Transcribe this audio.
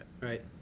right